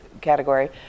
category